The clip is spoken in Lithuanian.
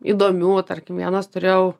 įdomių tarkim vienas turėjau